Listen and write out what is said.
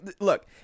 look